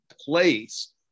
place